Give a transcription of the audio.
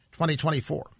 2024